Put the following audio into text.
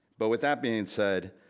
but with that being said,